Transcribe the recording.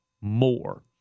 more